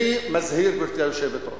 אני מזהיר את היושבת-ראש,